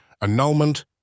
annulment